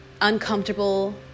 uncomfortable